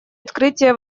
открытия